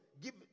give